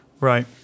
Right